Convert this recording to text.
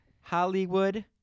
Hollywood